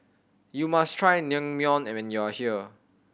you must try Naengmyeon and when you are here